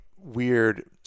weird